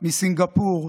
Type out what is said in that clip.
מסינגפור,